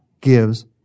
gives